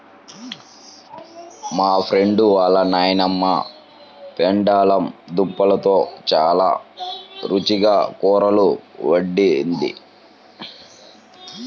మా ఫ్రెండు వాళ్ళ నాన్నమ్మ పెండలం దుంపలతో చాలా రుచిగా కూరలు వండిద్ది